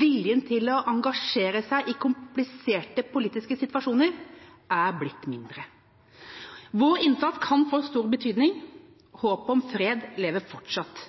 viljen til å engasjere seg i kompliserte politiske situasjoner er blitt mindre. Vår innsats kan få stor betydning. Håpet om fred lever fortsatt